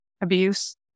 abuse